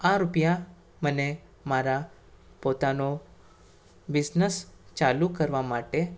આ રૂપિયા મને મારા પોતાનો બિઝનસ ચાલુ કરવા માટે